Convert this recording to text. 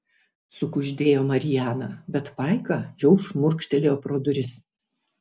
sukuždėjo mariana bet paika jau šmurkštelėjo pro duris